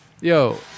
yo